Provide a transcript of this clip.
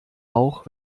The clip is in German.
auch